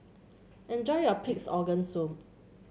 enjoy your Pig's Organ Soup